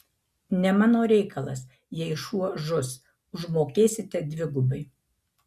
ne mano reikalas jei šuo žus užmokėsite dvigubai